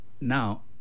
Now